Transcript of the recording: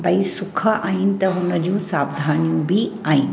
भई सुख आहिनि त हुन जूं सावधानियूं बि आहिनि